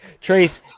Trace